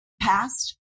past